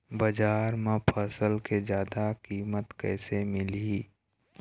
बजार म फसल के जादा कीमत कैसे मिलही?